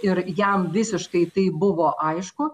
ir jam visiškai tai buvo aišku